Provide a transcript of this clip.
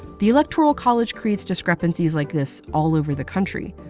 the electoral college creates discrepancies like this all over the country.